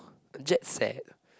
jet set